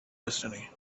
destiny